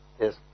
Yes